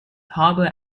harbour